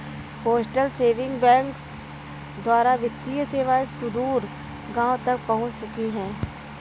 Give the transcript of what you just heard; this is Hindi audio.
पोस्टल सेविंग बैंक द्वारा वित्तीय सेवाएं सुदूर गाँवों तक पहुंच चुकी हैं